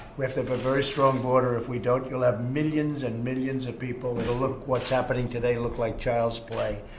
we have to have a very strong border. if we don't, you'll have millions and millions of people that'll look what's happening today look like child's play.